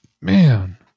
Man